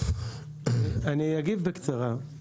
אני אגיד בקצרה.